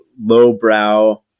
lowbrow